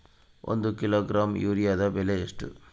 ಒಂದು ಕಿಲೋಗ್ರಾಂ ಯೂರಿಯಾದ ಬೆಲೆ ಎಷ್ಟು?